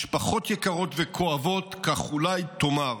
משפחות יקרות וכואבות, כך אולי תאמר,